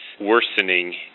worsening